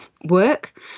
work